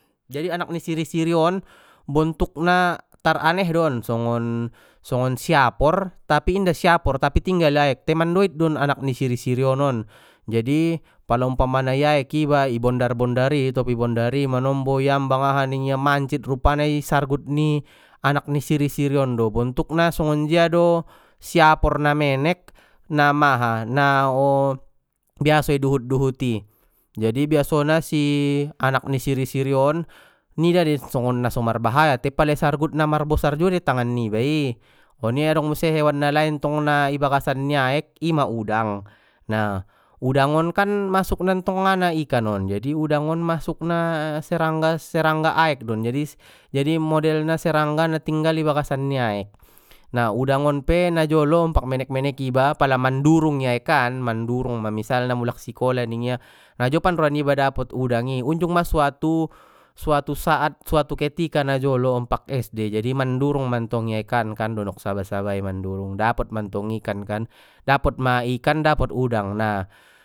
Jadi anak ni siri-sirion bontukna tar aneh don songon, songon siapaor tapi inda siapor tapi tinggal di aek tai mandoit don anak ni siri sirion on jadi pala umpama na i aek iba i bondar bondar i topi ni bondar i manombo iambang aha ningia mancit rupana i sargut anak ni siri siri on do bontukna songonjia do siapor na menek na maha na biaso i duhut duhut i jadi biasona si anak ni siri siri on nida dei songon na so marbahaya te pala i sargutna marbosar juo dei tangan niba i oni adong muse hewan na lain tong na di bagasan ni aek ima udang, na udang on kan masukna ntong ngana ikan on jadi udang on masukna serangga serangga aek don jadi modelna serangga na di tinggal di bagasan ni aek na udang on pe na jolo ompak menek menek i ba pala mandurung i aek an mandurung ma misalna mulak sikola ningia najopan roa niba dapot udang i unjung ma sutau, suatu saat suatu ketika najolo ompak es de jadi mandurung mantong i aek an kan donok saba saba i mandurung dapot mantong ikan kan dapot ma ikan dapot udang nah.